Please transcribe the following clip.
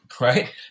right